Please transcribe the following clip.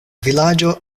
vilaĝo